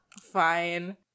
fine